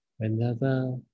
Whenever